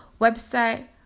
website